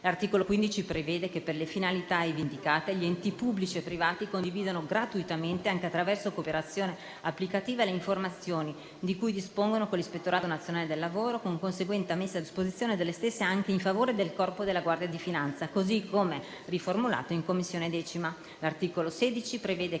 L'articolo 15 prevede che, per le finalità ivi indicate, gli enti pubblici e privati condividano gratuitamente, anche attraverso cooperazione applicativa, le informazioni di cui dispongano con l'Ispettorato nazionale del lavoro, con conseguente messa a disposizione delle stesse anche in favore del Corpo della Guardia di finanza, così come riformulato in Commissione. L'articolo 16 prevede che